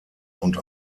und